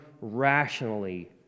rationally